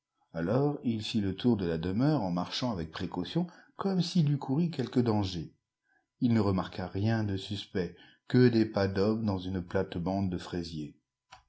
alors il fit le tour de la demeure en marchant avec précaution comme s'il eût couru quelque danger ii ne remarqua rien de suspect que des pas d'homme dans une platebande de fraisiers